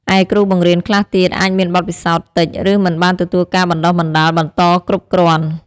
ឯគ្រូបង្រៀនខ្លះទៀតអាចមានបទពិសោធន៍តិច ឬមិនបានទទួលការបណ្តុះបណ្តាលបន្តគ្រប់គ្រាន់។